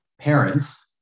parents